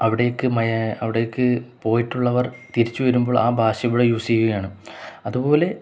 അവിടേക്ക് അവിടേക്കു പോയിട്ടുള്ളവർ തിരിച്ചുവരുമ്പോൾ ആ ഭാഷ ഇവിടെ യൂസെയ്യുകയാണ് അതുപോലെ